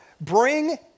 Bring